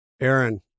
Aaron